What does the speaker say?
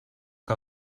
que